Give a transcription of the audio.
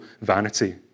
vanity